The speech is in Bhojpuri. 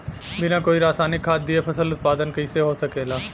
बिना कोई रसायनिक खाद दिए फसल उत्पादन कइसे हो सकेला?